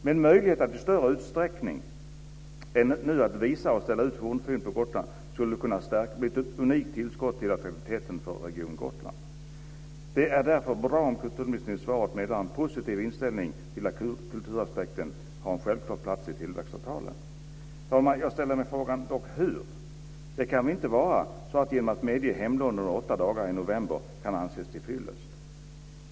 Med möjlighet att i större utsträckning än nu visa och ställa ut fornfynd på Gotland skulle det kunna bli ett unikt tillskott i attraktiviteten för region Gotland. Det är därför bra att kulturministern i svaret meddelar en positiv inställning till att kulturaspekter ska ha en självklar plats i tillväxtavtalen. Fru talman! Jag ställer mig dock frågan hur? Det kan väl inte vara så att hemlån under åtta dagar i november kan anses vara tillfyllest.